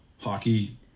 Hockey